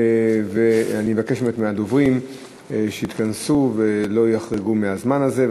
אני מבקש מהדוברים שיתכנסו ולא יחרגו מהזמן הזה.